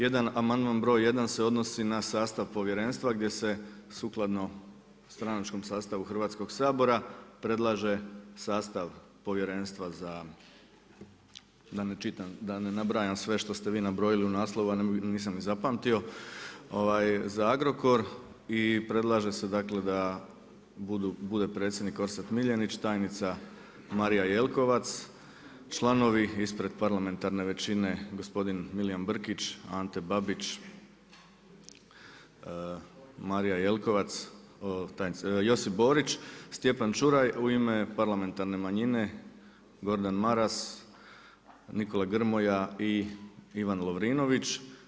Jedan amandman, broj 1 se odnosi na sastav povjerenstva, gdje se sukladno stranačkom sastavu Hrvatskog sabora, predlaže sastav povjerenstva za, da ne nabrajam sve što ste vi nabrojili u naslovu, a nisam ni zapamtio, za Agrokor i predlaže se dakle, da bude predsjednik Orsad Miljenić, tajnica Marija Jelkovac, članovi ispred parlamentarne većine, gospodin Milijan Brkić, Ante Babić, Marija Jelkovac, Josip Borić, Stjepan Čuraj, u ime parlamentarne manjima, Gordan Maras, Nikola Grmoja i Ivan Lovrinović.